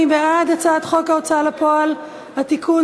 מי בעד הצעת חוק ההוצאה לפועל (תיקון)?